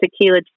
tequila